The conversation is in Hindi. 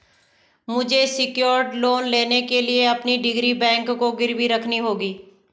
मुझे सेक्योर्ड लोन लेने के लिए अपनी डिग्री बैंक को गिरवी रखनी होगी